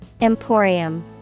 Emporium